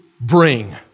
bring